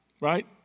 Right